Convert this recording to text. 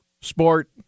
sport